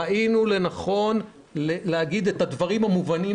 ראינו לנכון להגיד את הדברים המובנים